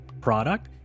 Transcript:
product